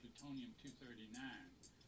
plutonium-239